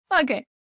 Okay